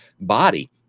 body